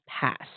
passed